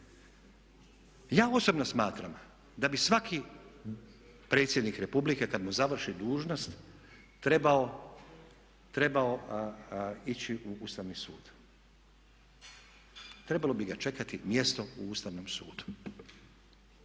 Ja osobno smatram da bi svaki predsjednik republike kad mu završi dužnost trebao ići u Ustavni sud. Trebalo bi ga čekati mjesto u Ustavnom sudu.